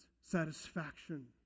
satisfaction